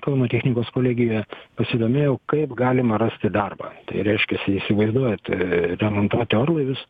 kauno technikos kolegijoje pasidomėjau kaip galima rasti darbą tai reiškiasi įsivaizduojat remontuoti orlaivius